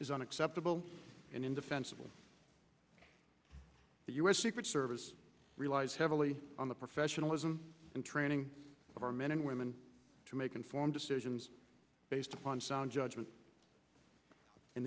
is unacceptable and indefensible the u s secret service relies heavily on the professionalism and training of our men and women to make informed decisions based upon sound judgment in